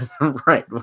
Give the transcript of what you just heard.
Right